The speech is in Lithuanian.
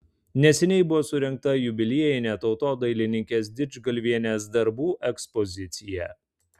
neseniai buvo surengta jubiliejinė tautodailininkės didžgalvienės darbų ekspozicija